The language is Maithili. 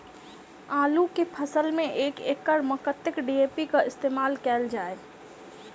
आलु केँ फसल मे एक एकड़ मे कतेक डी.ए.पी केँ इस्तेमाल कैल जाए?